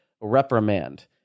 reprimand